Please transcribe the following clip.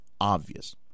obvious